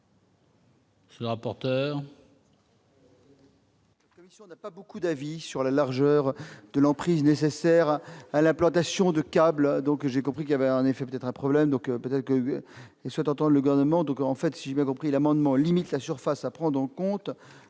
Monsieur le rapporteur